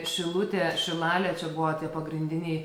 šilutė šilalė čia buvo tie pagrindiniai